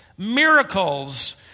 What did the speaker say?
Miracles